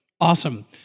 Awesome